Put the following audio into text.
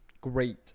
great